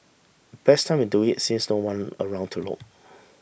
best time to do it since no one around to look